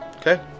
okay